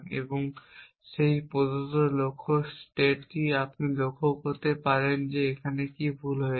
এবং সেই প্রদত্ত লক্ষ্য স্টেটটি আপনি লক্ষ্য করতে পারেন যে এটি কী ভুল করছে